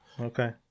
okay